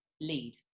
lead